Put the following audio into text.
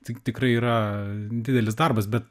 tik tikrai yra didelis darbas bet